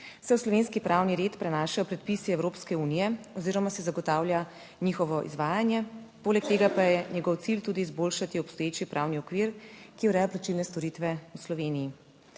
se v slovenski pravni red prenašajo predpisi Evropske unije oziroma se zagotavlja njihovo izvajanje, poleg tega pa je njegov cilj tudi izboljšati obstoječi pravni okvir, ki ureja plačilne storitve v Sloveniji.